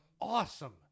awesome